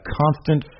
constant